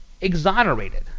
exonerated